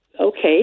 Okay